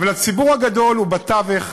אבל הציבור הגדול הוא בתווך.